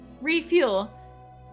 refuel